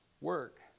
work